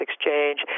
exchange